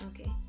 Okay